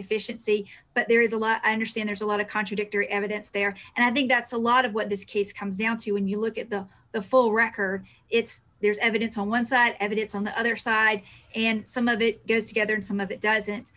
deficiency but there is a lot i understand there's a lot of contradictory evidence there and i think that's a lot of what this case comes down to when you look at the full record it's there's evidence on once that evidence on the other side and some of it goes together and some of it doesn't